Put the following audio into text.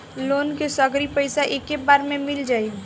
Loan के सगरी पइसा एके बेर में मिल जाई?